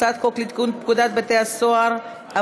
הצעת חוק לתיקון פקודת בתי-הסוהר (מס' 51),